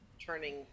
turning